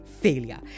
failure